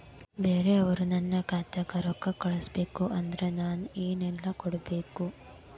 ಬ್ಯಾರೆ ಅವರು ನನ್ನ ಖಾತಾಕ್ಕ ರೊಕ್ಕಾ ಕಳಿಸಬೇಕು ಅಂದ್ರ ನನ್ನ ಏನೇನು ಕೊಡಬೇಕು?